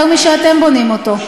יותר משאתם בונים אותו.